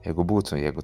jeigu būtų jeigu